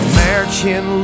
American